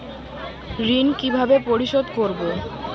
ঋণ কিভাবে পরিশোধ করব?